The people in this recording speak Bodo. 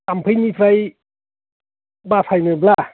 थाम्फैनिफ्राय बासायनोब्ला